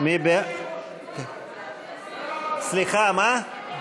מי בעד, סליחה, מה?